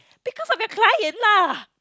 because of your client lah